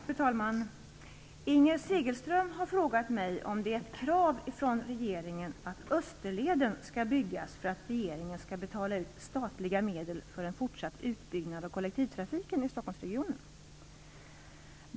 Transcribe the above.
Fru talman! Inger Segelström har frågat mig om det är ett krav från regeringen att Österleden skall byggas för att regeringen skall betala ut statliga medel för en fortsatt utbyggnad av kollektivtrafiken i Stockholmsregionen.